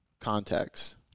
context